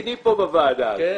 בסדר.